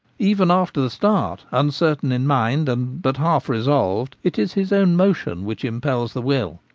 even after the start, uncertain in mind and but half resolved, it is his own motion which impels the will,